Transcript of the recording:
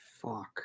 Fuck